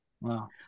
Wow